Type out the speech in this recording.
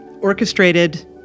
Orchestrated